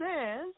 says